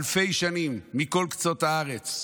אלפי שנים, מכל קצות הארץ,